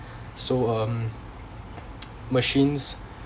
so um machines